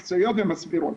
מקצועיות ומסבירות.